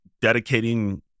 dedicating